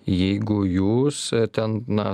jeigu jūs ten na